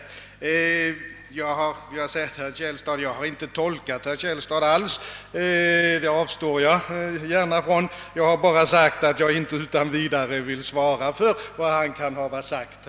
Sedan vill jag säga, att jag inte alls har tolkat herr Källstads uttalande. Det avstår jag gärna från. Jag har endast sagt, att jag inte utan vidare vill svara för vad han kan ha sagt.